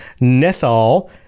Nethal